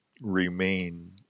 remain